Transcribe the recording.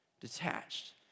detached